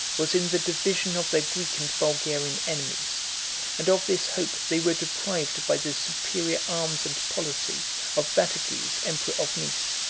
was in the division of their greek and bulgarian enemies and of this hope they were deprived by the superior arms and policy of vataces, emperor of nice.